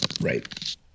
right